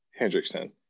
Hendrickson